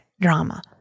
drama